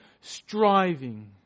striving